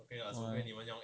why